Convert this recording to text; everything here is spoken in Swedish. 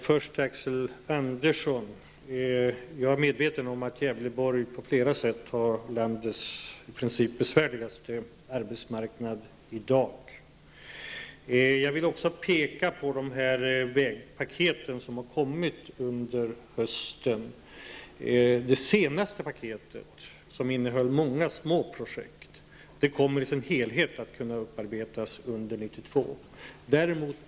Fru talman! Axel Andersson, jag är medveten om att Gävleborg i dag på flera sätt i princip har landets besvärligaste arbetsmarknad. Jag vill också peka på de vägpaket som har kommit under hösten. Det senaste paketet, som innehöll många små projekt, kommer i sin helhet att kunna upparbetas under 1992.